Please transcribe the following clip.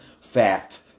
fact